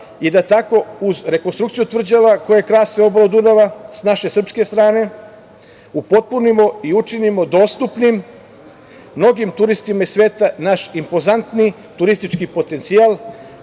i da tako uz rekonstrukciju tvrđava koje krase obalu Dunava sa naše srpske strane, upotpunimo i učinimo dostupnim mnogim turistima iz sveta naš impozantni turistički potencijal